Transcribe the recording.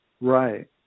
Right